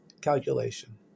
calculation